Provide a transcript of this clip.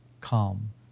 calm